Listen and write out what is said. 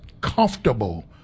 comfortable